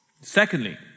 Secondly